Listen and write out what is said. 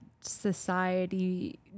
society